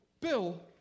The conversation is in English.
Bill